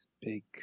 big